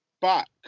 back